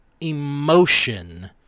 emotion